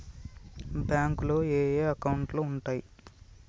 బ్యాంకులో ఏయే అకౌంట్లు ఉంటయ్?